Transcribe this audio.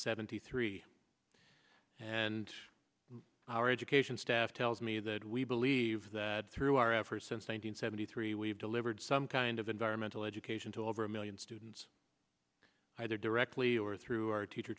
ninety three and our education staff tells me that we believe that through our efforts since nine hundred seventy three we've delivered some kind of environmental education to over a million students either directly or through our teacher